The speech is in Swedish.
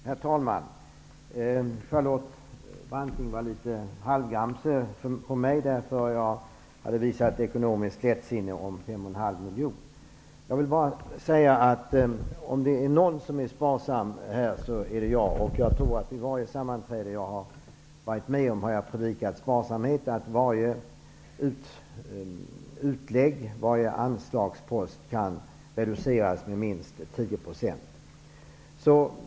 Herr talman! Charlotte Branting var litet halvgramse på mig för att jag hade visat ekonomiskt lättsinne i fråga om 5,5 miljoner. Om det är någon här som är sparsam, så är det jag. Jag tror att jag vid varje sammanträde som jag har deltagit i har predikat sparsamhet och att varje anslagspost kan reduceras med minst 10 %.